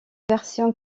version